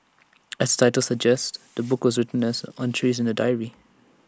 as the title suggests the book is written as entries in A diary